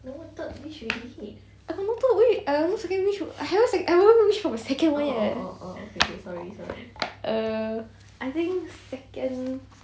I got no third wi~ I got no second wish one I haven't second I haven't even wish for a second one yet err I think second